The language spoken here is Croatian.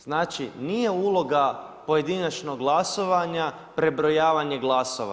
Znači, nije uloga pojedinačnog glasovanja prebrojavanje glasova.